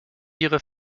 ihrer